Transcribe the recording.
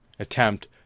attempt